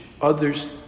others